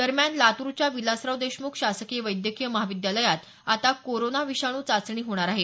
दरम्यान लातूरच्या विलासराव देशमुख शासकीय वैद्यकीय महाविद्यालयातच आता कोरोना विषाणू चाचणी होणार आहे